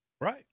Right